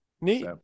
neat